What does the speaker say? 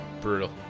Brutal